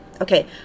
okay